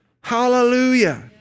Hallelujah